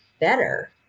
better